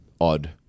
odd